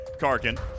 Karkin